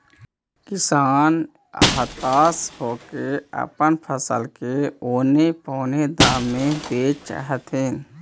किसान हताश होके अपन फसल के औने पोने दाम में बेचऽ हथिन